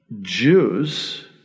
Jews